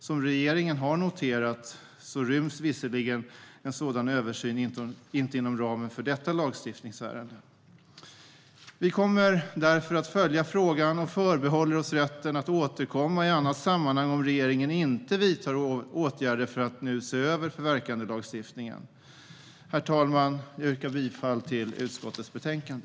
Som regeringen har noterat ryms visserligen en sådan översyn inte inom ramen för detta lagstiftningsärende. Vi kommer därför att följa frågan och förbehåller oss rätten att återkomma i annat sammanhang om regeringen inte vidtar åtgärder för att nu se över förverkandelagstiftningen. Herr talman! Jag yrkar bifall till förslaget i utskottets betänkande.